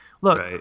look